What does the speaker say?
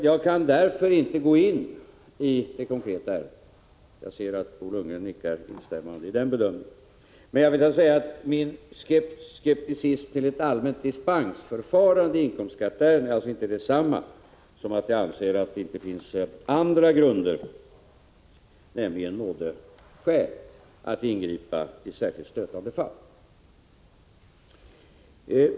Jag kan därför inte gå in i det konkreta ärendet — jag ser att Bo Lundgren nickar instämmande när det gäller den bedömningen. Men jag vill säga att min skepticism till ett dispensförfarande i inkomstskatteärenden alltså inte är detsamma som att jag inte anser att det finns andra grunder, nämligen nådeskäl, för att ingripa i särskilt stötande fall.